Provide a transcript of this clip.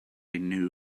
new